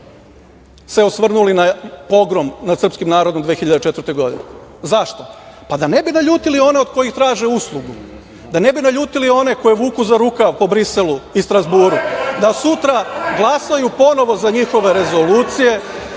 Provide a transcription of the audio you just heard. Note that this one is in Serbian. se osvrnuli na pogrom nad srpskim narodom 2004. godine. Zašto? Pa, da ne bi naljutili one od kojih traže uslugu, da ne bi naljutili one koje vuku za rukav po Briselu u Strazburu da sutra glasaju ponovo za njihove rezolucije,